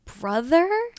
brother